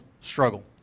struggle